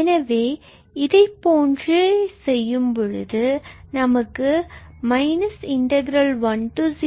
எனவே இதைப்போன்றே செய்யும்பொழுது நமக்கு 10 n 1zm 1dz